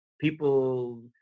people